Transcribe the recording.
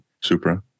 Supra